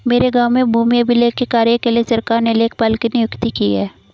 मेरे गांव में भूमि अभिलेख के कार्य के लिए सरकार ने लेखपाल की नियुक्ति की है